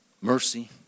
mercy